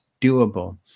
doable